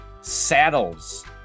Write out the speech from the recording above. Saddles